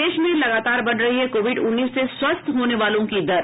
प्रदेश में लगतार बढ़ रही है कोविड उन्नीस से स्वस्थ होने वालों की दर